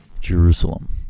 Jerusalem